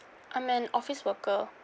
I'm an office worker